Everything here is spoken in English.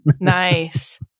Nice